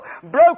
broken